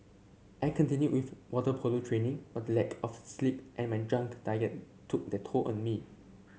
I continued with water polo training but the lack of sleep and my junk diet took their toll on me